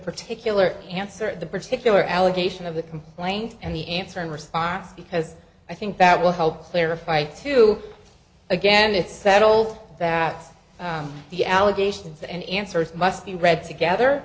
particular answer the particular allegation of the complaint and the answer in response because i think that will help clarify to again it's settled that the allegations and answers must be read together